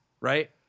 right